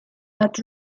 that